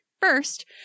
first